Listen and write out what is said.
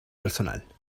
personal